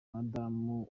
madamu